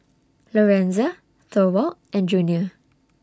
Lorenza Thorwald and Junior